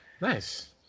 Nice